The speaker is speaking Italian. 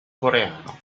coreano